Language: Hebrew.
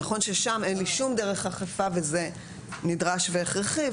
נכון ששם אין לי שום דרך אכיפה וזה נדרש והכרחי,